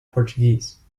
portuguese